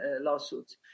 lawsuits